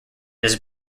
his